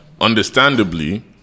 understandably